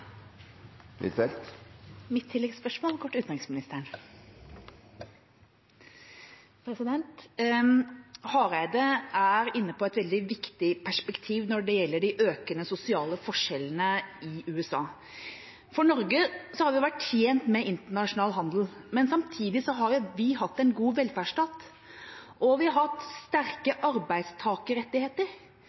inne på et veldig viktig perspektiv når det gjelder de økende sosiale forskjellene i USA. I Norge har vi vært tjent med internasjonal handel, men samtidig har vi hatt en god velferdsstat, og vi har hatt sterke arbeidstakerrettigheter,